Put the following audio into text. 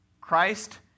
Christ